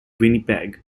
winnipeg